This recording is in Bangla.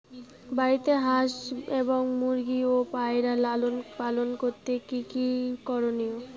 বাড়িতে হাঁস এবং মুরগি ও পায়রা লালন পালন করতে কী কী করণীয়?